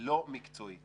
לא מקצועית